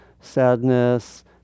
sadness